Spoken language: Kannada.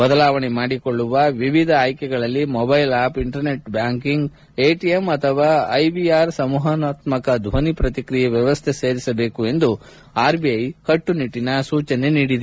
ಬದಲಾವಣೆ ಮಾಡಿಕೊಳ್ಳುವ ವಿವಿಧ ಆಯ್ಕೆಗಳಲ್ಲಿ mobile app internet banking ATM ಅಥವಾ ಐವಿಆರ್ ಸಂವಹನಾತ್ಮಕ ಧ್ವನಿ ಪ್ರತಿಕ್ರಿಯೆ ವ್ಯವಸ್ದೆ ಸೇರಿರಬೇಕು ಎಂದು ಅದು ತಿಳಿಸಿದೆ